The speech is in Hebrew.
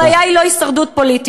הבעיה היא לא הישרדות פוליטית,